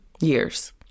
years